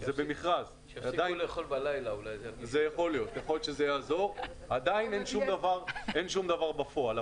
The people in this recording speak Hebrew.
במכרז ועדיין אין שום דבר בפועל.